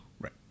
Right